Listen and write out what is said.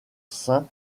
sein